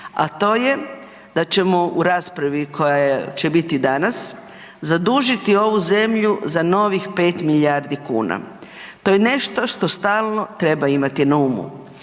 a to je da ćemo u raspravi koja će biti danas zadužiti ovu zemlju za novih 5 milijardi kuna, to je nešto što stalno treba imati na umu